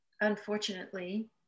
unfortunately